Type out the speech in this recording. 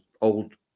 old